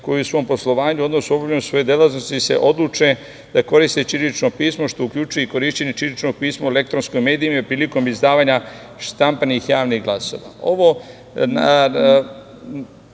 koji u svom poslovanju, odnosno obavljanju svoje delatnosti se odluče na koriste ćirilično pismo, što uključuje i korišćenje ćiriličnog pisma u elektronskim medijima i prilikom izdavanja štampanih javnih glasila.